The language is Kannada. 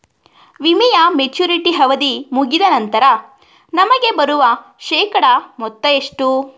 ವಿಮೆಯ ಮೆಚುರಿಟಿ ಅವಧಿ ಮುಗಿದ ನಂತರ ನಮಗೆ ಬರುವ ಶೇಕಡಾ ಮೊತ್ತ ಎಷ್ಟು?